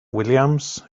williams